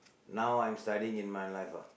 now I'm studying in my life ah